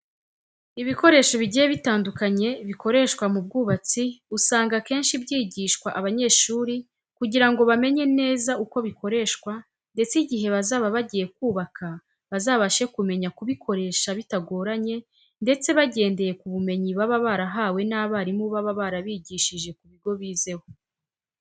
Ibikoresho bigiye bitandukanye bikoreshwa mu bwubatsi usanga akenshi byigishwa abanyeshuri kugira ngo bamenye neza uko bikoreshwa ndetse igihe bazaba bagiye kubaka bazabashe kumenya kubikoresha bitagoranye ndetse bagendeye ku bumenyi baba barahawe n'abarimu baba barabigishije ku bigo bizeho.